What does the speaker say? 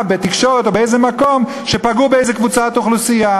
בתקשורת או באיזה מקום שפגעה באיזה קבוצת אוכלוסייה,